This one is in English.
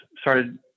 started